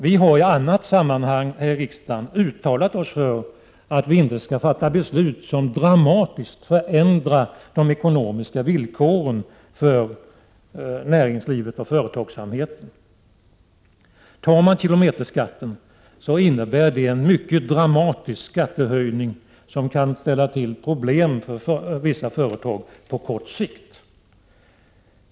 Vi har i annat sammanhang här i riksdagen uttalat oss för att inte fatta beslut som dramatiskt förändrar de ekonomiska villkoren för näringslivet och företagsamheten. Kilometerskattehöjningen innebär en mycket dramatisk skattehöjning som på kort sikt kan ställa till problem för vissa företag.